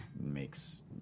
makes